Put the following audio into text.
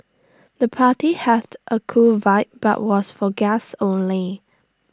the party had A cool vibe but was for guests only